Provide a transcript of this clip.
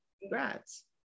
congrats